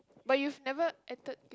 but you've never entered